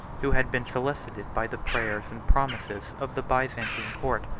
who had been solicited by the prayers and promises of the byzantine court.